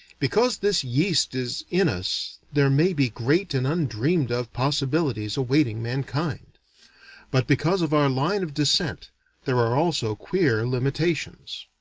because this yeast is in us there may be great and undreamed of possibilities awaiting mankind but because of our line of descent there are also queer limitations.